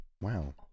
Wow